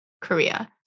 Korea